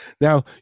Now